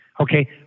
Okay